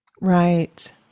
Right